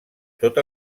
tot